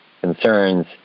concerns